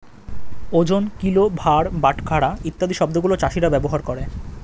ওজন, কিলো, ভার, বাটখারা ইত্যাদি শব্দ গুলো চাষীরা ব্যবহার করে